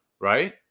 right